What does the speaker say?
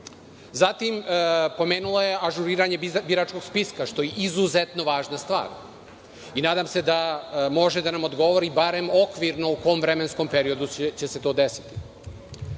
pravcu. Zatim, pomenula je ažuriranje biračkog spiska, što je izuzetno važna stvar i nadam se da može da nam odgovori barem okvirno u kom vremenskom periodu će se to desiti. Zatim,